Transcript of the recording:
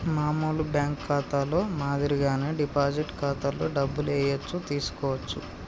మామూలు బ్యేంకు ఖాతాలో మాదిరిగానే డిపాజిట్ ఖాతాలో డబ్బులు ఏయచ్చు తీసుకోవచ్చు